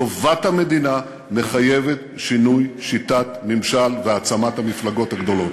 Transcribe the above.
טובת המדינה מחייבת שינוי שיטת הממשל והעצמת המפלגות הגדולות.